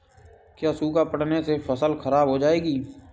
क्या सूखा पड़ने से फसल खराब हो जाएगी?